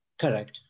correct